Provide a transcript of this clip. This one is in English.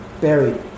Buried